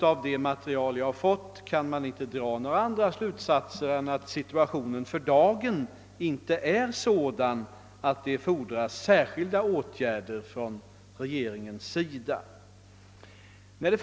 Av det material som jag har fått har jag inte kunnat dra andra slutsatser än att situationen för dagen inte är sådan att regeringen måste vidta några särskilda åtgärder.